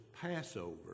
Passover